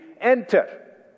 enter